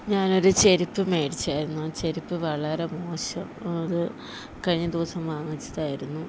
ഞാനൊരു ചെരിപ്പ് മേടിച്ചായിരുന്നു ആ ചെരിപ്പ് വളരെ മോശം അത് കഴിഞ്ഞ ദിവസം വാങ്ങിച്ചതായിരുന്നു